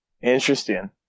Interesting